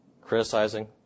criticizing